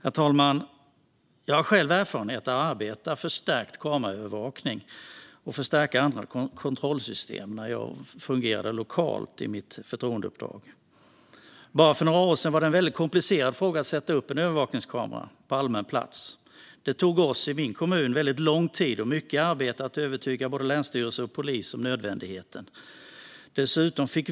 Herr talman! Jag har själv erfarenhet av att arbeta för stärkt kameraövervakning och för att stärka andra kontrollsystem från när jag hade förtroendeuppdrag lokalt. Bara för några år sedan var det en väldigt komplicerad fråga att sätta upp en övervakningskamera på allmän plats. Det tog oss i min kommun väldigt lång tid och mycket arbete att övertyga både länsstyrelse och polis om nödvändigheten av det.